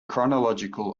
chronological